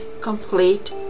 complete